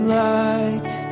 light